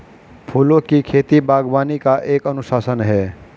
फूलों की खेती, बागवानी का एक अनुशासन है